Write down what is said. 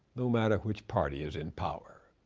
no matter which party is in power.